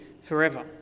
forever